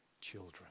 children